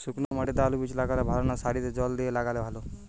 শুক্নো মাটিতে আলুবীজ লাগালে ভালো না সারিতে জল দিয়ে লাগালে ভালো?